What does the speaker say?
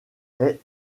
est